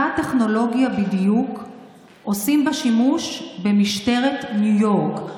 עושים שימוש באותה טכנולוגיה בדיוק במשטרת ניו יורק,